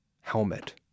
helmet